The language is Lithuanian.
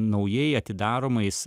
naujai atidaromais